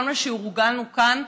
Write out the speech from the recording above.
כל מה שהורגלנו לו כאן,